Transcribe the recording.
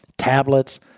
tablets